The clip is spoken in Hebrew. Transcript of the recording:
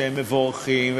שהם מבורכים,